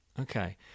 Okay